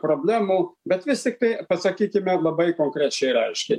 problemų bet vis tiktai pasakykime labai konkrečiai ir aiškiai